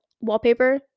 wallpaper